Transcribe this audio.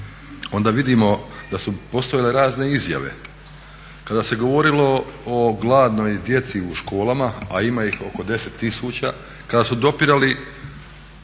onda vidimo da su postojale razne izjave. Kada se govorilo o gladnoj djeci u školama, a ima ih oko 10 tisuća, kada su dopirali